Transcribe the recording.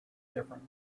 different